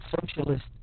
socialist